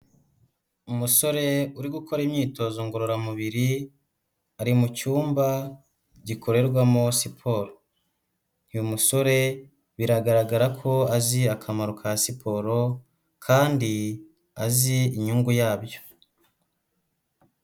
Umusore uri gukora imyitozo ngororamubiri ari mu cyumba gikorerwamo siporo, uyu musore biragaragara ko azi akamaro ka siporo kandi azi inyungu yabyo.